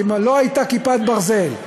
כי אם לא הייתה "כיפת ברזל",